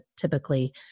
typically